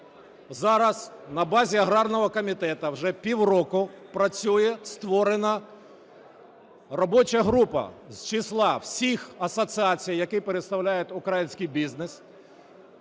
зараз на базі аграрного комітету вже півроку працює створена робоча група з числа всіх асоціацій, які представляють український бізнес,